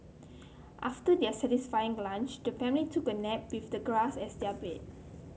after their satisfying lunch the family took a nap with the grass as their bed